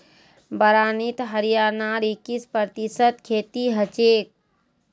बारानीत हरियाणार इक्कीस प्रतिशत खेती हछेक